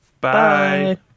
Bye